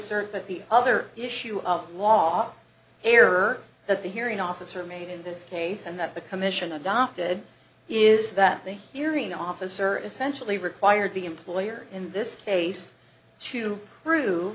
that the other issue of law error that the hearing officer made in this case and that the commission adopted is that the hearing officer essentially required the employer in this case to prove